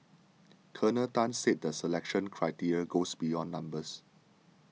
Colonel Tan said the selection criteria goes beyond numbers